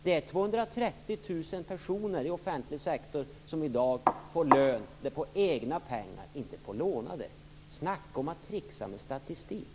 Det är 230 000 jobb i offentlig sektor som i dag avlönas med egna pengar, inte med lånade. Snacka om att tricksa med statistik!